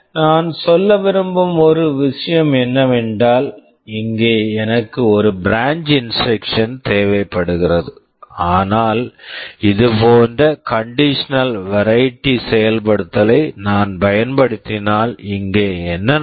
நான் சொல்ல விரும்பும் ஒரே விஷயம் என்னவென்றால் இங்கே எனக்கு ஒரு பிரான்ச் இன்ஸ்ட்ரக்க்ஷன் branch instruction தேவைப்படுகிறது ஆனால் இது போன்ற கண்டிஷனல் வரைட்டி conditional variety செயல்படுத்தலை நான் பயன்படுத்தினால் இங்கே என்ன நடக்கும்